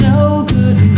no-good